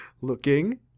looking